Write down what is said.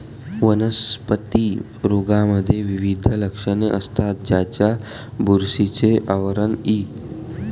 वनस्पती रोगांमध्ये विविध लक्षणे असतात, ज्यात बुरशीचे आवरण इ